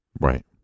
right